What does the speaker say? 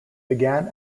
began